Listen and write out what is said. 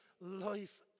life